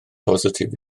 bositif